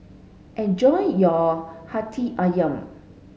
enjoy your Hati Ayam